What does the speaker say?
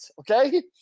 okay